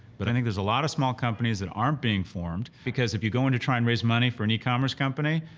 but i think there's a lot of small companies that aren't being formed, because if you go in to try and raise money for an e-commerce company,